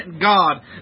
God